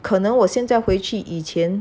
可能我现在回去以前